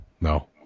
No